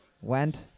went